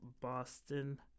Boston